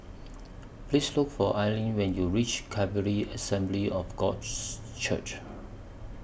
Please Look For Alline when YOU REACH Calvary Assembly of God Church